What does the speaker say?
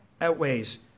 outweighs